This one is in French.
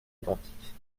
identiques